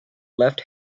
left